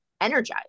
energized